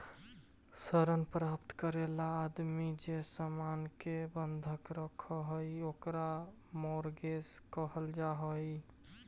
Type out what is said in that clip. ऋण प्राप्त करे ला आदमी जे सामान के बंधक रखऽ हई ओकरा मॉर्गेज कहल जा हई